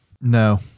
No